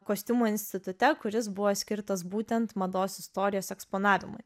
kostiumo institute kuris buvo skirtas būtent mados istorijos eksponavimui